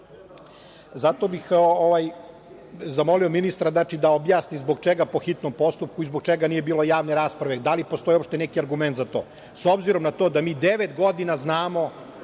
Zato bih zamolio ministra da objasni - zbog čega po hitnom postupku i zbog čega nije bilo javne rasprave, da li postoji neki argument za to? S obzirom da mi devet godina znamo